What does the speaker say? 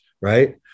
right